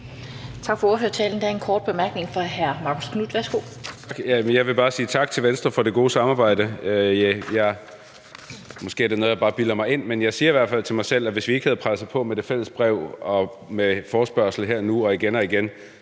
Tak for ordførertalen. Der er en kort bemærkning fra hr. Marcus Knuth. Værsgo. Kl. 15:48 Marcus Knuth (KF): Jeg vil bare sige tak til Venstre for det gode samarbejde. Måske er det noget, jeg bare bilder mig ind, men jeg siger i hvert fald til mig selv, at hvis vi ikke havde presset på med det fælles brev år og med forespørgslen nu her – og igen og igen